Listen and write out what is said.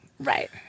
Right